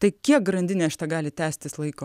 tai kiek grandinė šita gali tęstis laiko